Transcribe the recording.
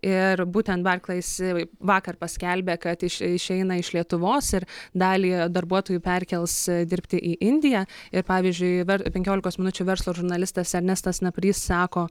ir būtent barklais vakar paskelbė kad iš išeina iš lietuvos ir dalį darbuotojų perkels dirbti į indiją ir pavyzdžiui ver penkiolikos minučių verslo žurnalistas ernestas naprys sako